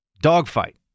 dogfight